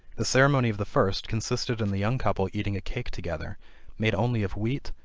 the ceremony of the first consisted in the young couple eating a cake together made only of wheat,